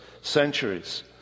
centuries